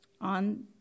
on